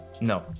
no